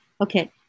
Okay